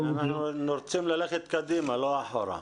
כן, אנחנו רוצים ללכת קדימה, לא אחורה.